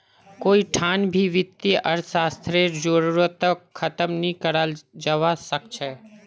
कोई ठान भी वित्तीय अर्थशास्त्ररेर जरूरतक ख़तम नी कराल जवा सक छे